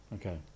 Okay